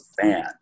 fan